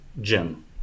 Jim